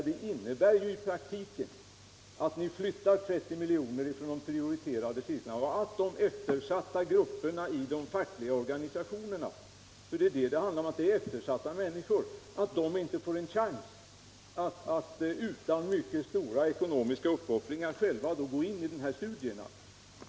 Det innebär ju i praktiken att ni flyttar 30 milj.kr. från de prioriterade cirklarna och att de eftersatta grupperna i de fackliga organisationerna — för det handlar om eftersatta människor - inte får en chans att utan mycket stora ekonomiska uppoffringar själva gå in i dessa studier.